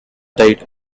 died